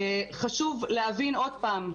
חשוב להבין עוד פעם,